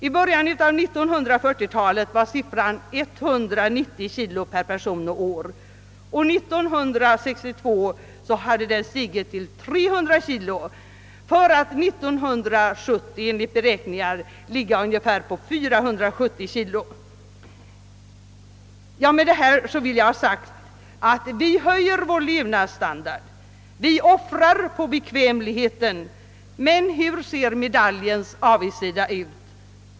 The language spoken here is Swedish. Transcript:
I början av 1940-talet var siffran 190 kg per person, och år 1962 hade den stigit till 300 kg för att år 1970 enligt beräkningar ligga på ungefär 470 kg. Med detta vill jag ha sagt att vi höjer vår levnadsstandard, vi offrar för bekvämligheten, men hur ser medaljens avigsida ut?